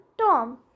Tom